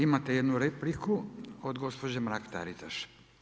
Imate jednu repliku od gospođe Mrak-Taritaš.